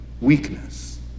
weakness